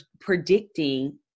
predicting